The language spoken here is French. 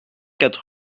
quatre